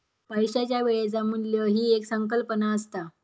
पैशाच्या वेळेचा मू्ल्य ही एक संकल्पना असता